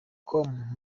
com